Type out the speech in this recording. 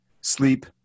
Sleep